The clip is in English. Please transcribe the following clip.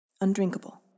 undrinkable